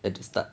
at the start